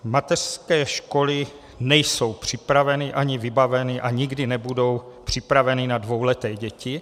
Mateřské školy nejsou připraveny ani vybaveny a nikdy nebudou připraveny na dvouleté děti.